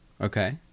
Okay